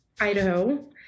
Idaho